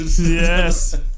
Yes